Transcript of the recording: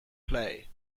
play